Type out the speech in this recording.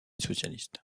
socialiste